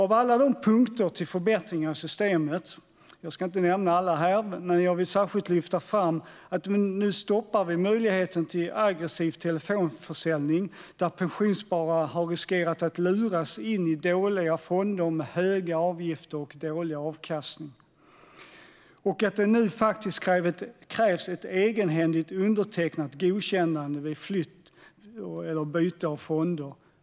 Av alla punkter till förbättringar i systemet - jag ska inte nämna alla här - vill jag särskilt lyfta fram att vi nu stoppar möjligheten till aggressiv telefonförsäljning där pensionssparare har riskerat att luras in i dåliga fonder med höga avgifter och dålig avkastning. Det krävs nu faktiskt ett egenhändigt undertecknat godkännande vid flytt eller byte av fonder.